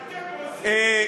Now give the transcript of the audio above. אתם עושים קרקס,